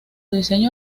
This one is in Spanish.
diseño